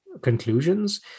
conclusions